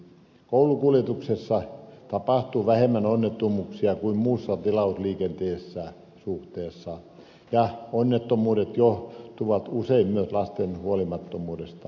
koulukuljetuksissa tapahtuu suhteessa vähemmän onnettomuuksia kuin muussa tilausliikenteessä ja onnettomuudet johtuvat usein myös lasten huolimattomuudesta